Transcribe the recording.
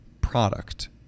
product